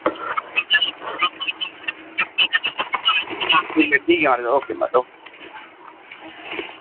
ठीक ऐ महाराज ओके महाराज ओके